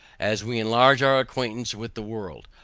as we enlarge our acquaintance with the world.